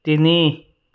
তিনি